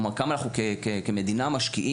כלומר כאן אנחנו כמדינה משקיעים